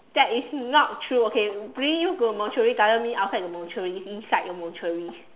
that is not true okay bring you to a mortuary doesn't mean outside the mortuary it's inside the mortuary